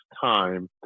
time